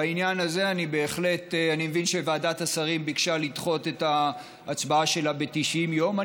בעניין הזה אני מבין שוועדת השרים ביקשה לדחות את ההצבעה שלה ב-90 יום,